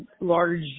large